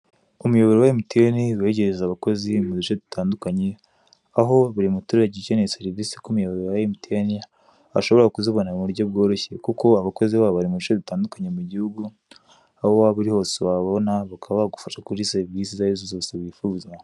Umuyobora wa emutiyeni wegereje abakozi mu bice bitandukanye, aho buri muturage ukeneye serivise ku muyoboro wa emutiyeni, bashobora kuzibona mu buryo bworoshye, kuko abakozi babo bari mu bice bitandukanye mu gihugu, aho waba uri hose wababona bakaba bagufasha kuri serivise izo ari zo zose wifuza.